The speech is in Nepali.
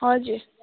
हजुर